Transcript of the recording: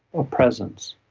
a presence,